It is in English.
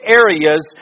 areas